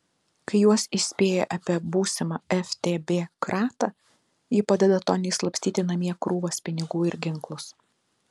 kai juos įspėja apie būsimą ftb kratą ji padeda toniui slapstyti namie krūvas pinigų ir ginklus